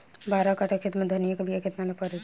बारह कट्ठाखेत में धनिया के बीया केतना परी?